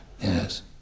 Yes